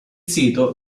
sito